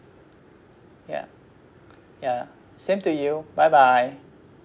ya ya same to you bye bye